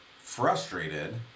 frustrated